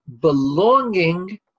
belonging